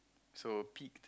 so peak